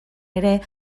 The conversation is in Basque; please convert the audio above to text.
ere